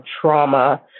trauma